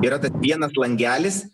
yra vienas langelis